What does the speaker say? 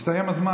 הסתיים הזמן.